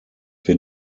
wir